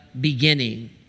beginning